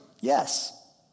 Yes